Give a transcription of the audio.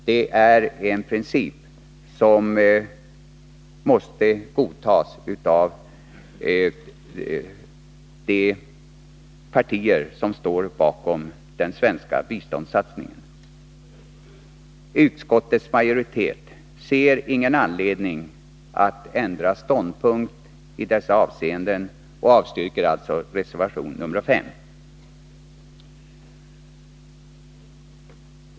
Det är en princip som måste godtas av de partier som står bakom den svenska biståndssatsningen. Utskottets majoritet ser ingen anledning att ändra ståndpunkt i dessa avseenden och avstyrker alltså reservation nr 5.